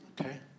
Okay